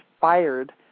fired